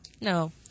No